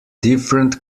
different